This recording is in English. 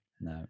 No